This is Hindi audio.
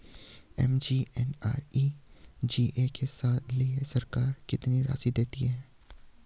एम.जी.एन.आर.ई.जी.ए के लिए सरकार कितनी राशि देती है?